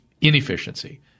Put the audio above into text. inefficiency